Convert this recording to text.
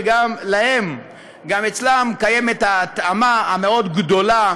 שגם אצלם קיימת ההתאמה המאוד גדולה